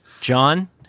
John